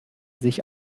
sich